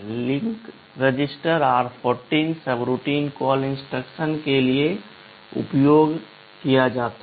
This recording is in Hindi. link register r14 subroutine call instruction के लिए उपयोग किया जाता है